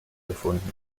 gefunden